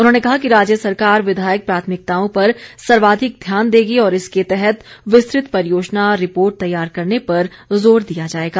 उन्होंने कहा कि राज्य सरकार विधायक प्राथमिकताओं पर सर्वाधिक ध्यान देगी और इसके तहत विस्तृत परियोजना रिपोर्ट तैयार करने पर जोर दिया जाएगा